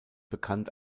bekannt